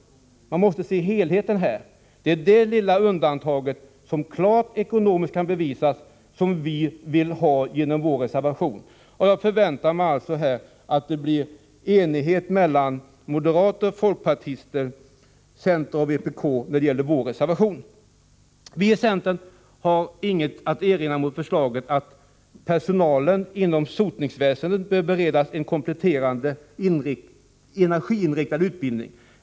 Man måste se till helheten. Det är detta lilla undantag, när det klart kan bevisas ekonomiskt, som vi vill ha genom vår reservation. Jag förväntar mig alltså att det blir enighet mellan moderater, folkpartis ter, center och vpk när det gäller vår reservation. Vi i centern har inget att erinra mot förslaget att personalen inom sotningsväsendet bör beredas en kompletterande energiinriktad utbildning.